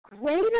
greater